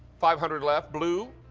five hundred left. blue,